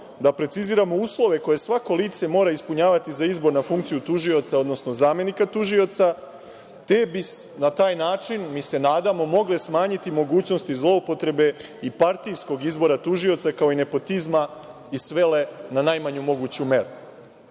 da preciziramo uslove koje svako lice mora ispunjavati za izbor na funkciju tužioca, odnosno zamenika tužioca, te bi na taj način, mi se nadamo, mogle smanjiti mogućnosti zloupotrebe i partijskog izbora tužioca, kao i nepotizma, i svele na najmanju moguću